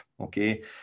okay